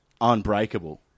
unbreakable